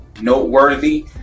noteworthy